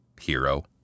hero